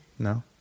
No